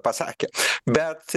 pasakė bet